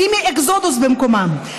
שימי אקסודוס במקומם,